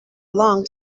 long